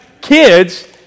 kids